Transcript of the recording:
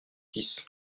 six